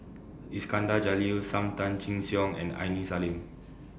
Iskandar Jalil SAM Tan Chin Siong and Aini Salim